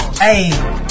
Hey